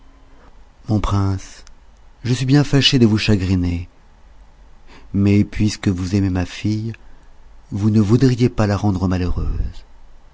mon prince je suis bien fâché de vous chagriner mais puisque vous aimez ma fille vous ne voudriez pas la rendre malheureuse